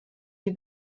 die